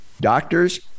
doctors